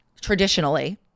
traditionally